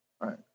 right